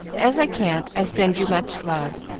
as i can't, i send you much love,